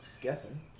guessing